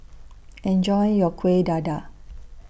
Enjoy your Kuih Dadar